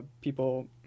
People